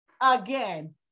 Again